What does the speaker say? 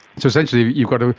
so essentially you've got,